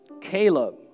Caleb